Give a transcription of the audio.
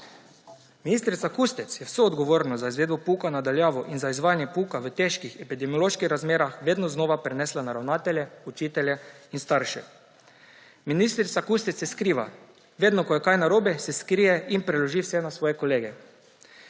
Ministrica Kustec je vso odgovornost za izvedbo pouka na daljavo in za izvajanje pouka v težkih epidemioloških razmerah vedno znova prenesla na ravnatelje, učitelje in starše. Ministrica Kustec se skriva. Vedno ko je kaj narobe, se skrije in preloži vse na svoje kolege.